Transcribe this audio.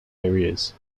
areas